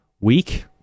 week